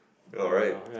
all right